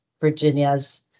Virginia's